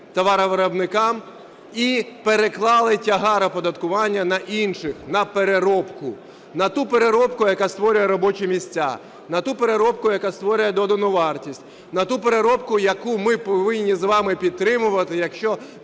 товаровиробникам і перетягли тягар оподаткування на інших – на переробку. На ту переробку, яка створює робочі місця, на ту переробку, яка створює додану вартість на ту переробку, яку ми повинні з вами підтримувати, якщо